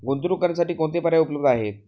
गुंतवणूक करण्यासाठी कोणते पर्याय उपलब्ध आहेत?